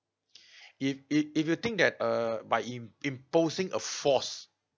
if it if you think that uh by im~ imposing a force